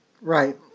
Right